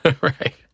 right